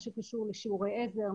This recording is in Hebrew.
מה שקשור לשיעורי עזר,